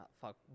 fuck